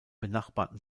benachbarten